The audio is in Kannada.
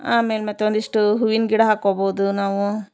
ಆಮೇಲೆ ಮತ್ತೊಂದಿಷ್ಟು ಹೂವಿನ ಗಿಡ ಹಾಕೊಬೋದು ನಾವು